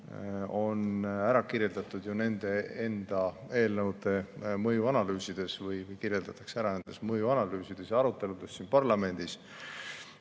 on ära kirjeldatud ju nende eelnõude mõjuanalüüsides või kirjeldatakse ära nendes mõjuanalüüsides ja aruteludes siin parlamendis.